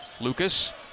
Lucas